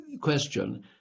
question